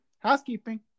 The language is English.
housekeeping